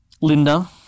Linda